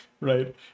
right